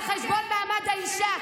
על חשבון מעמד האישה.